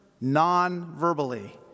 non-verbally